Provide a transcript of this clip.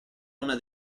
una